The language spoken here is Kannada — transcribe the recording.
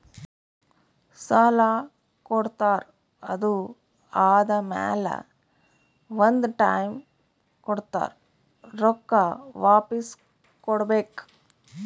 ಸಾಲಾ ಕೊಡ್ತಾರ್ ಅದು ಆದಮ್ಯಾಲ ಒಂದ್ ಟೈಮ್ ಕೊಡ್ತಾರ್ ರೊಕ್ಕಾ ವಾಪಿಸ್ ಕೊಡ್ಬೇಕ್